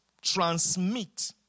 transmit